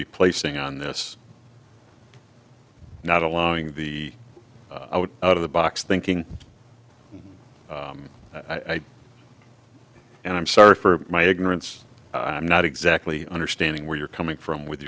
be placing on this not allowing the out of the box thinking i do and i'm sorry for my ignorance i'm not exactly understanding where you're coming from with